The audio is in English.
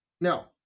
Now